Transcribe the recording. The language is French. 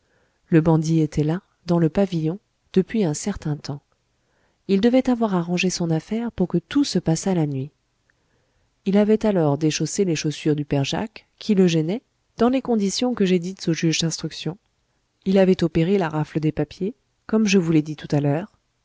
le bandit était là dans le pavillon depuis un certain temps il devait avoir arrangé son affaire pour que tout se passât la nuit il avait alors déchaussé les chaussures du père jacques qui le gênaient dans les conditions que j'ai dites au juge d'instruction il avait opéré la rafle des papiers comme je vous l'ai dit tout à l'heure